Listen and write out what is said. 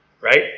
Right